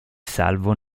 salvo